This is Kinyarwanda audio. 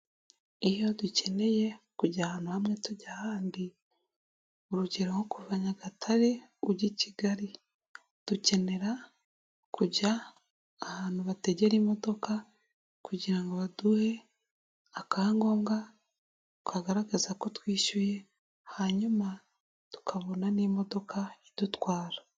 Iyo dukeneye kujya ahantu hamwe tujya ahandi urugero nko kuva Nyagatare ujya i Kigali dukenera kujya ahantu bategera imodoka kugira ngo baduhe akangombwa kagaragaza ko twishyuye hanyuma tukabona n'imodoka idutwara.